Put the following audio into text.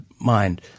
mind